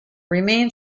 remain